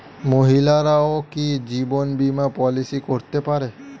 মহিলারাও কি জীবন বীমা পলিসি করতে পারে?